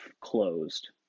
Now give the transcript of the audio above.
closed